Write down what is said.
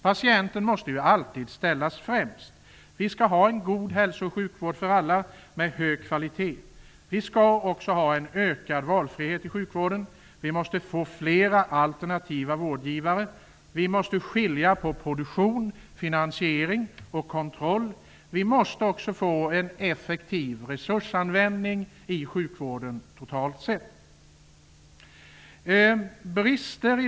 Patienten måste ju alltid sättas främst. Vi skall ha en god hälso och sjukvård för alla med hög kvalitet. Vi skall också ha en ökad valfrihet i sjukvården. Vi måste få flera alternativa vårdgivare. Vi måste skilja på produktion, finansiering och kontroll. Vi måste också få en effektiv resursanvändning i sjukvården totalt sett.